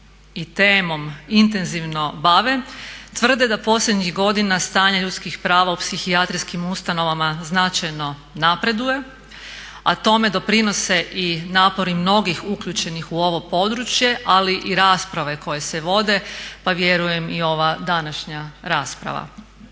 i temom intenzivno bave tvrde da posljednjih godina stanje ljudskih prava u psihijatrijskim ustanovama značajno napreduje, a tome doprinose i napori mnogih uključenih u ovo područje, ali i rasprave koje se vode pa vjerujem i ova današnja rasprava.